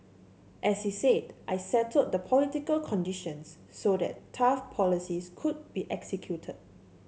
as he said I settled the political conditions so that tough policies could be executed